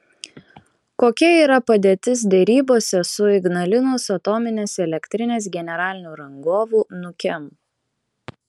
kokia yra padėtis derybose su ignalinos atominės elektrinės generaliniu rangovu nukem